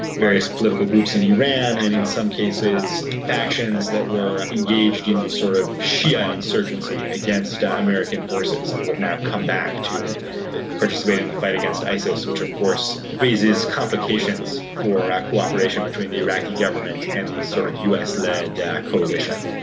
various political groups in iran and in some cases factions that were engaged in the sort of shia insurgency against ah american forces and who have now come back to participate in the fight against isis, which of course raises complications complications for cooperation between the iraqi government and the sort of us-led coalition.